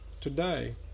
today